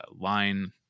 line